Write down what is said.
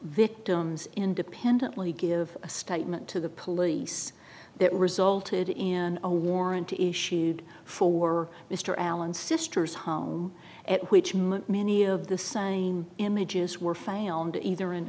victims independently give a statement to the police that resulted in a warrant issued for mr allen sister's home at which moment many of the same images were failed to either in